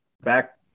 back